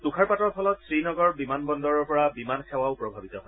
তুষাৰপাতৰ ফলত শ্ৰীনগৰ বিমান বন্দৰৰ পৰা বিমান সেৱাও প্ৰভাৱিত হয়